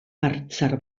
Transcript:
harritzar